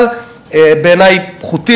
אבל בעיני פחות,